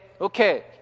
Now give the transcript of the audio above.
okay